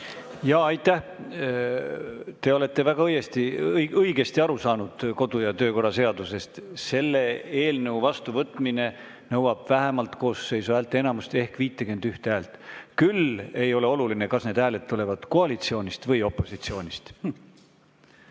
Aitäh! Te olete väga õigesti aru saanud kodu- ja töökorra seadusest. Selle eelnõu vastuvõtmine nõuab vähemalt koosseisu häälteenamust ehk 51 häält. Küll aga ei ole oluline, kas need hääled tulevad koalitsioonist või opositsioonist.